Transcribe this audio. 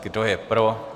Kdo je pro?